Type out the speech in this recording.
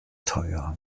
teuer